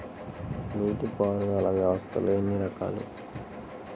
నీటిపారుదల వ్యవస్థలు ఎన్ని రకాలు?